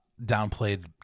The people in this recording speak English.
downplayed